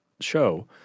show